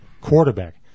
quarterback